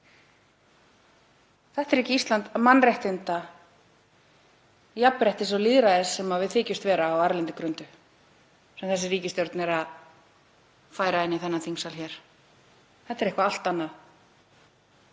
Það er ekki Ísland mannréttinda, jafnréttis og lýðræðis, sem við þykjumst vera á erlendri grundu, sem þessi ríkisstjórn er hér að færa inn í þennan þingsal. Þetta er eitthvað allt annað.